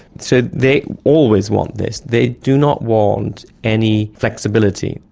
so they always want this. they do not want any flexibility,